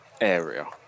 area